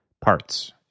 parts